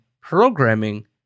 programming